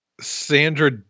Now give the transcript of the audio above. Sandra